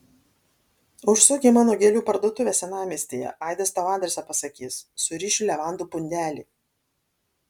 užsuk į mano gėlių parduotuvę senamiestyje aidas tau adresą pasakys surišiu levandų pundelį